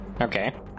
Okay